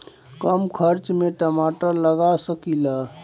कम खर्च में टमाटर लगा सकीला?